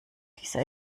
dieser